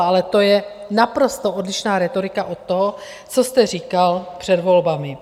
Ale to je naprosto odlišná rétorika od toho, co jste říkal před volbami.